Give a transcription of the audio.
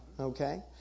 Okay